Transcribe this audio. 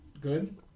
Good